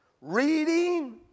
reading